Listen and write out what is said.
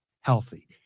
healthy